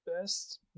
best